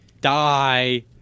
die